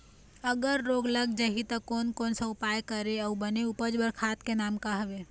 अगर रोग लग जाही ता कोन कौन सा उपाय करें अउ बने उपज बार खाद के नाम का हवे?